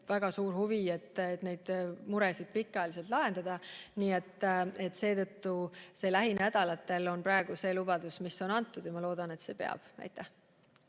väga suur huvi, et neid muresid pikaajaliselt lahendada. Seetõttu ütlen, et "lähinädalatel" on praegu see lubadus, mis on antud, ja ma loodan, et see peab. Aitäh!